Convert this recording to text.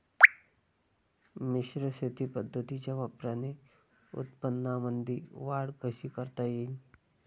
मिश्र शेती पद्धतीच्या वापराने उत्पन्नामंदी वाढ कशी करता येईन?